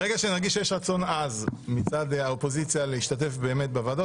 ברגע שנרגיש שיש רצון עז מצד האופוזיציה להשתתף באמת בוועדות,